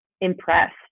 impressed